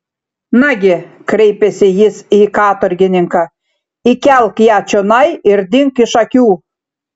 nagi kreipėsi jis į katorgininką įkelk ją čionai ir dink iš akių